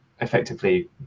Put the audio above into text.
effectively